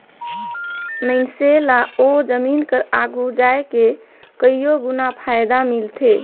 मइनसे ल ओ जमीन कर आघु जाए के कइयो गुना फएदा मिलथे